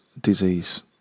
disease